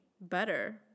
better